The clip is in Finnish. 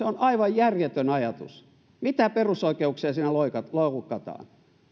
on aivan järjetön ajatus mitä perusoikeuksia siinä loukataan